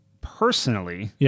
personally